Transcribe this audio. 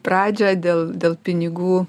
pradžią dėl dėl pinigų